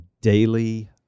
daily